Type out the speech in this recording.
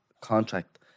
contract